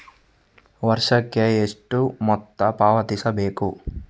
ವರ್ಷಕ್ಕೆ ಎಷ್ಟು ಮೊತ್ತ ಪಾವತಿಸಬೇಕು?